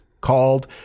called